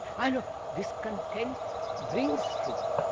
and discontent brings freedom.